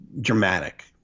dramatic